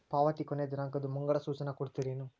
ಪಾವತಿ ಕೊನೆ ದಿನಾಂಕದ್ದು ಮುಂಗಡ ಸೂಚನಾ ಕೊಡ್ತೇರೇನು?